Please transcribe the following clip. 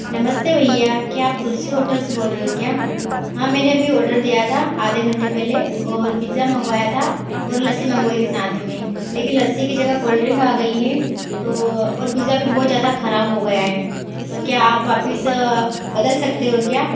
नमस्ते भैया क्या आप तुलसी होटल से बोल रहे हो क्या हाँ मैंने अभी ऑर्डर दिया था आधे घंटे पहले और पिज्जा मँगवाया था और लस्सी मँगवाई थी साथ में लेकिन लस्सी की जगह कोल्ड ड्रिंक आ गई है तो और पिज़्ज़ा भी बहुत ज़्यादा खराब हो गया है तो क्या आप वापस बदल सकते हो क्या